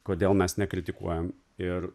kodėl mes nekritikuojam ir